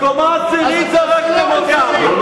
מקומה עשירית זרקתם אותם,